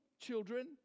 children